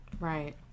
Right